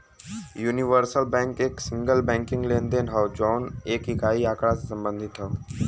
universal bank एक single banking लेनदेन हौ जौन एक इकाई के आँकड़ा से संबंधित हौ